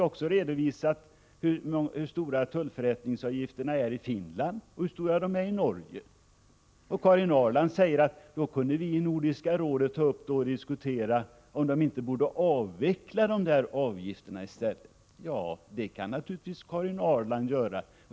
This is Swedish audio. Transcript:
Där redovisas också hur stora tullförrättningsavgifterna är i Finland och hur stora de är i Norge. Karin Ahrland säger att vi i Nordiska rådet kunde diskutera om inte dessa avgifter borde avvecklas. Ja, det kan Karin Ahrland naturligtvis göra.